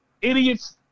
idiots